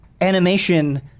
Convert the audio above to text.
animation